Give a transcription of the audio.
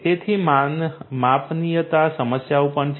તેથી માપનીયતા સમસ્યાઓ પણ છે